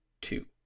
two